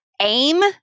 AIM